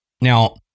Now